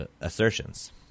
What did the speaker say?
assertions